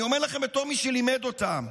אני אומר לכם בתור מי שלימד אותם,